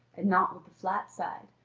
and not with the flat side,